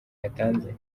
yatanze